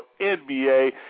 NBA